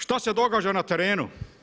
Šta se događa na terenu?